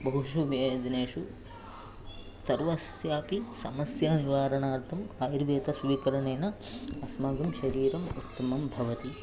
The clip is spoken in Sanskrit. बहुषु वेदनेषु सर्वस्यापि समस्यानिवारणार्थम् आयुर्वेद स्वीकरणेन अस्माकं शरीरः उत्तमः भवति